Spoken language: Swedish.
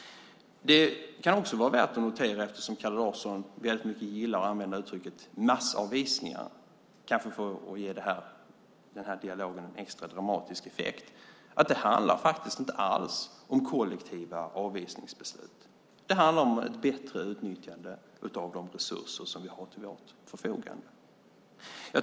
Det kan också vara värt att notera, eftersom Kalle Larsson väldigt mycket gillar att använda uttrycket massavvisningar, kanske för att ge dialogen en extra dramatisk effekt, att det inte alls handlar om kollektiva avvisningsbeslut. Det handlar om ett bättre utnyttjande av de resurser som vi har till vårt förfogande.